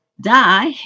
die